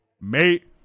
Mate